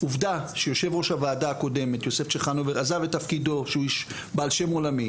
עובדה שיו"ר הוועדה הקודמת יוסף צ'חנובר שהוא בעל שם עולמי